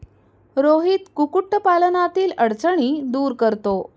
रोहित कुक्कुटपालनातील अडचणी दूर करतो